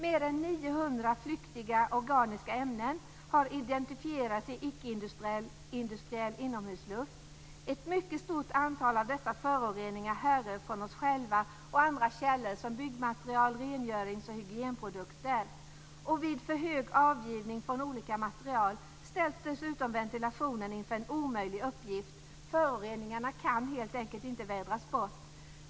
Mer än 900 flyktiga organiska ämnen har identifierats i icke-industriell inomhusluft. Ett mycket stort antal av dessa föroreningar härrör från oss själva och andra källor, som byggmaterial, rengörings och hygienprodukter. Vid en för hög avgivning från olika material ställs dessutom ventilationen inför en omöjlig uppgift. Föroreningarna kan helt enkelt inte vädras bort.